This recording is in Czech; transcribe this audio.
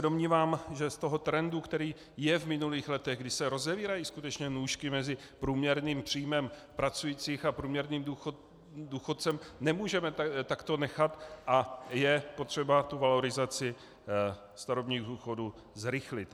Domnívám se, že z toho trendu, který je v minulých letech, kdy se rozevírají skutečně nůžky mezi průměrným příjmem pracujících a průměrným důchodem, nemůžeme takto nechat a je potřeba tu valorizaci starobních důchodů zrychlit.